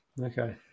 Okay